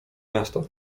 miasta